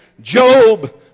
job